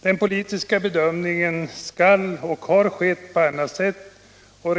Den politiska bedömningen skall ske och har skett i annat sammanhang.